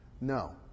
No